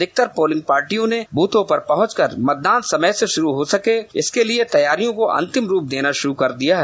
अधिकतर पोलिंग पार्टियों ने बूथों पर पहुंचकर मतदान समय से शुरू हो सके इसके तैयारियों को अंतिम रूप देना शुरू कर दिया है